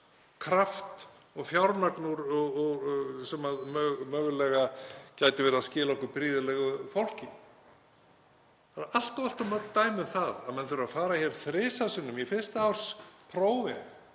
krafti og fjármagni, sem mögulega gæti verið að skila okkur prýðilegu fólki. Það er allt of mörg dæmi um það að menn þurfi að fara þrisvar sinnum í fyrsta árs prófin